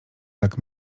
tak